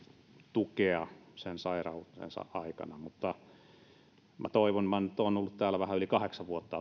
tukea sen sairautensa aikana minä olen nyt ollut täällä vähän yli kahdeksan vuotta